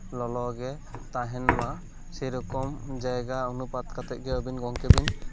ᱞᱚᱞᱚᱜᱮ ᱛᱟᱦᱮᱱ ᱢᱟ ᱥᱮᱭᱨᱚᱠᱚᱢ ᱡᱟᱭᱜᱟ ᱚᱱᱩᱯᱟᱛ ᱠᱟᱛᱮᱜ ᱜᱮ ᱟᱵᱤᱱ ᱜᱚᱢᱠᱮ ᱵᱤᱱ